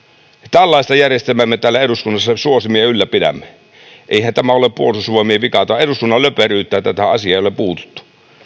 tällaista järjestelmää me täällä eduskunnassa suosimme ja ylläpidämme eihän tämä ole puolustusvoimien vika tämä on eduskunnan löperyyttä että tähän asiaan ei ole puututtu